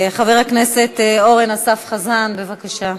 חבר הכנסת אורן אסף חזן, בבקשה.